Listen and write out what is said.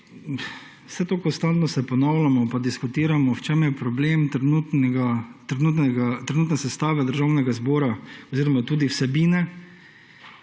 Konstantno se ponavljamo pa diskutiramo, v čem je problem trenutne sestave državnega zbora oziroma tudi vsebine,